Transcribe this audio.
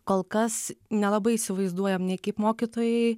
kol kas nelabai įsivaizduojam nei kaip mokytojai